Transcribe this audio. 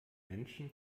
menschen